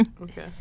Okay